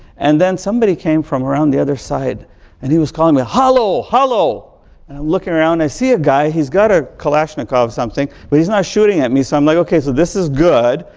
and then somebody came from around the other side and he was calling me halo, halo looking around, i see a guy, he's got a kalashnikov or something, but he's not shooting at me. so, i'm like, ok, so this is good.